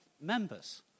members